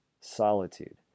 solitude